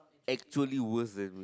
actually worse than me